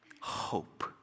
hope